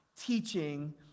teaching